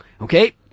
Okay